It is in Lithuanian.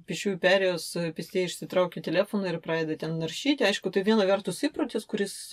pėsčiųjų perėjos pėstieji išsitraukia telefoną ir pradeda ten naršyti aišku tai viena vertus įprotis kuris